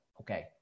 okay